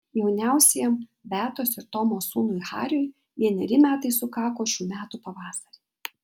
jauniausiajam beatos ir tomo sūnui hariui vieneri metai sukako šių metų pavasarį